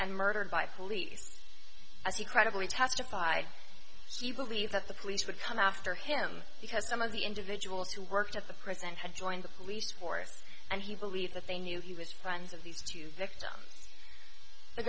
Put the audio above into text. and murdered by police as he credibly testified she believed that the police would come after him because some of the individuals who worked at the present had joined the police force and he believes that they knew he was friends of these two victims the